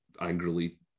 angrily